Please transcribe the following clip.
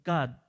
God